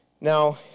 Now